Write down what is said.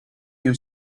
new